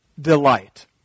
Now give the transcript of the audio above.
delight